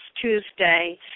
Tuesday